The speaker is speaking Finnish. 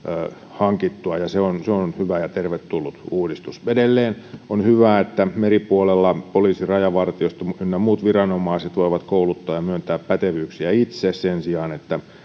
hankittua se on se on hyvä ja tervetullut uudistus edelleen on hyvä että poliisi rajavartiosto ynnä muut viranomaiset voivat meripuolella kouluttaa ja myöntää pätevyyksiä itse sen sijaan että